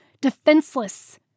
defenseless